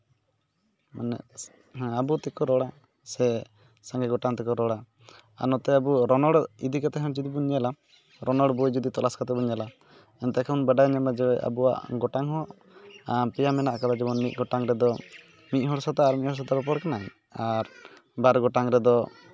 ᱢᱟᱱᱮ ᱦᱮᱸ ᱟᱵᱚ ᱛᱮᱠᱚ ᱨᱚᱲᱟ ᱥᱮ ᱥᱟᱸᱜᱮ ᱜᱚᱴᱟᱝ ᱛᱮᱠᱚ ᱨᱚᱲᱟ ᱟᱨ ᱟᱵᱩ ᱱᱚᱛᱮ ᱨᱚᱱᱚᱲ ᱤᱫᱤ ᱠᱟᱛᱮ ᱦᱚᱸ ᱡᱩᱫᱤ ᱵᱚᱱ ᱧᱮᱞᱟ ᱨᱚᱱᱚᱲ ᱵᱳᱭ ᱡᱩᱫᱤ ᱛᱚᱞᱟᱥ ᱠᱟᱛᱮ ᱵᱚᱱ ᱧᱮᱞᱟ ᱮᱱᱛᱮ ᱠᱷᱟᱱ ᱵᱟᱰᱟᱭ ᱧᱟᱢᱚᱜᱼᱟ ᱡᱮ ᱟᱵᱚᱣᱟᱜ ᱜᱚᱴᱟᱝ ᱦᱚᱸ ᱯᱮᱭᱟ ᱢᱮᱱᱟᱜ ᱠᱟᱫᱟ ᱡᱮᱢᱚᱱ ᱢᱤᱫ ᱜᱚᱴᱟᱝ ᱨᱮᱫᱚ ᱢᱤᱫ ᱦᱚᱲ ᱟᱨ ᱢᱤᱫ ᱦᱚᱲ ᱥᱟᱛᱮ ᱨᱚᱯᱚᱲ ᱠᱟᱱᱟᱭ ᱟᱨ ᱵᱟᱨ ᱜᱚᱴᱟᱝ ᱨᱮᱫᱚ